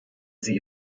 sie